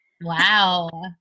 Wow